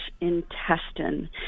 intestine